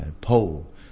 pole